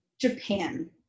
Japan